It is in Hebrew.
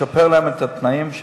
לשפר להם את התנאים,